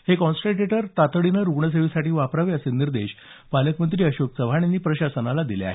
हे कॉन्सनट्रेटर तातडीनं रुग्णसेवेसाठी वापरावे असे निर्देश पालकमंत्री अशोक चव्हाण यांनी प्रशासनाला दिले आहेत